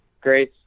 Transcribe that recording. grace